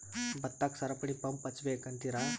ಭತ್ತಕ್ಕ ಸರಪಣಿ ಪಂಪ್ ಹಚ್ಚಬೇಕ್ ಅಂತಿರಾ?